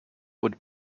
would